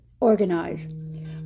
organize